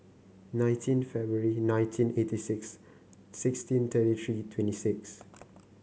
nineteen February nineteen eighty six sixteen thirty three twenty six